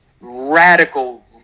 radical